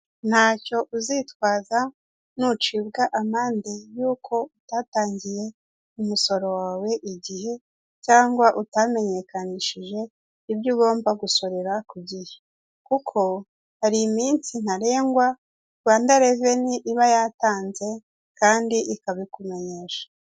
Ntacyo uzitwaza nucibwa amande yuko utatangiye umusoro wawe igihe cyangwa utamenyekanishije ibyo ugomba gusorera ku gihe, kuko hari iminsi ntarengwa rwanda reveni iba yatanze kandi ikabikumenyesha.